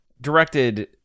directed